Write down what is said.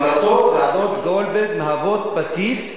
המלצות ועדת-גולדברג מהוות בסיס חיובי,